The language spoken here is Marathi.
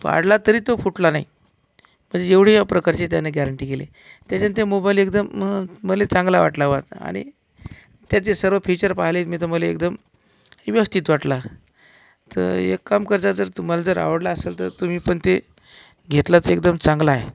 पाडला तरी तो फुटला नाही म्हणजे एवढी या प्रकारची त्याने ग्यारंटी केली त्याच्यानं ते मोबाईल एकदम मला चांगला वाटला बा आणि त्याचे सर्व फीचर पाह्यले मी तर मला एकदम व्यवस्थित वाटला तर एक काम करशाल जर तुम्हाला आवडला असेल तर तुम्ही पण ते घेतलाच एकदम चांगला आहे